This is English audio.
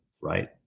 right